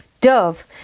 Dove